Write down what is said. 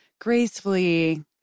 gracefully